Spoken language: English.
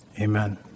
amen